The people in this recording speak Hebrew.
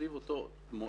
סביב אותו מועד,